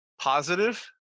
positive